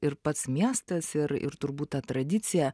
ir pats miestas ir ir turbūt ta tradicija